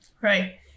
Right